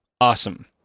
awesome